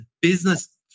business